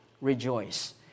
rejoice